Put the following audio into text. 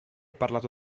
parlato